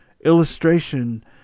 illustration